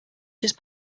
just